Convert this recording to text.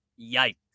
yikes